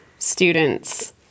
students